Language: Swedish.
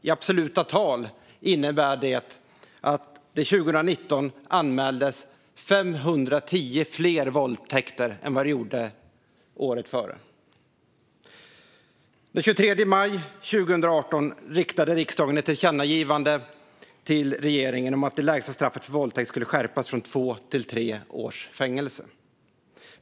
I absoluta tal innebär detta att det 2019 anmäldes 510 fler våldtäkter än året före. Den 23 maj 2018 riktade riksdagen ett tillkännagivande till regeringen om att det lägsta straffet för våldtäkt skulle skärpas från två till tre års fängelse.